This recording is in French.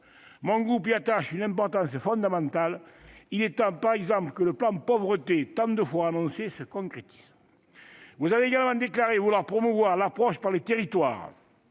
Mon groupe y attache une importance fondamentale. Il est temps, par exemple, que le plan Pauvreté tant de fois annoncé se concrétise ! Vous avez également déclaré vouloir promouvoir l'approche par les territoires,